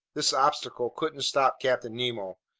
this obstacle couldn't stop captain nemo,